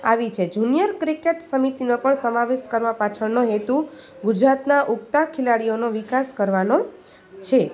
આવી છે junior cricket સમિતિનો પણ સમાવેશ કરવા પાછળનો હેતુ ગુજરાતના ઊગતા ખેલાડીઓનો વિકાસ કરવાનો છે